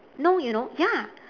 no you know ya